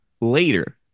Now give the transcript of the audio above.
later